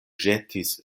ĵetis